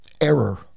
error